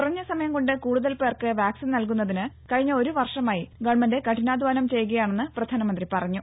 കുറഞ്ഞ സമയം കൊണ്ട് കൂടുതൽ പേർക്ക് വാക്സിൻ നൽകുന്നതിന് കഴിഞ്ഞ ഒരു വർഷമായി ഗവൺമെന്റ് കഠിനാധ്വാനം ചെയ്യുകയാണെന്ന് പ്രധാനമന്ത്രി പറഞ്ഞു